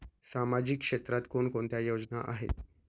सामाजिक क्षेत्रात कोणकोणत्या योजना आहेत?